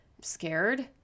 scared